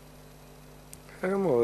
בסדר גמור.